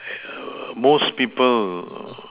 most people